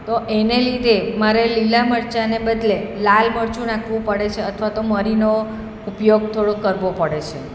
તો એને લીધે મારે લીલાં મરચાંને બદલે લાલ મરચું નાખવું પડે છે અથવા તો મરીનો ઉપયોગ થોડો કરવો પડે છે